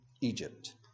Egypt